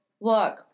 look